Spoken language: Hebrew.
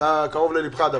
היטלים וכולי.